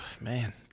man